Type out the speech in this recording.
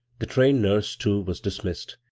the trained nurse, too, was dis missed,